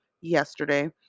yesterday